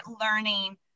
learning